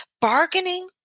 bargaining